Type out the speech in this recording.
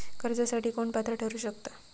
कर्जासाठी कोण पात्र ठरु शकता?